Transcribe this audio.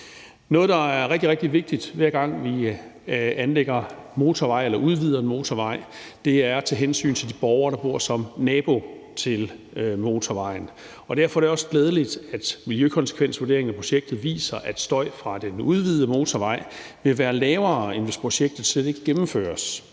Noget, der er rigtig, rigtig vigtigt, hver gang vi anlægger en motorvej eller udvider en motorvej, er at tage hensyn til de borgere, der bor som nabo til motorvejen. Derfor er det også glædeligt, at miljøkonsekvensvurderingen af projektet viser, at støjen fra den udvidede motorvej vil være mindre, end hvis projektet slet ikke gennemføres.